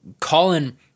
Colin